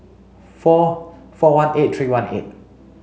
four four one eight three one eight